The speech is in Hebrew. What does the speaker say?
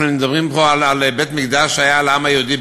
אנחנו מדברים פה על בית-המקדש שהיה לעם היהודי,